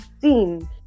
seen